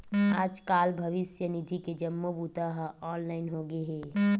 आजकाल भविस्य निधि के जम्मो बूता ह ऑनलाईन होगे हे